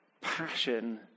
passion